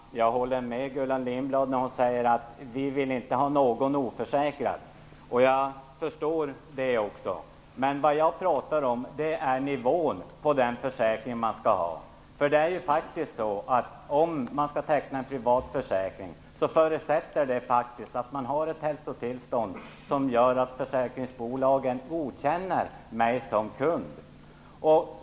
Herr talman! Jag håller med Gullan Lindblad när hon säger att ingen skall vara oförsäkrad. Det förstår jag. Men vad jag talar om är nivån på den försäkring som man skall ha. Om man skall teckna en privat försäkring förutsätts det att man har ett hälsotillstånd som gör att man blir godkänd av försäkringsbolagen som kund.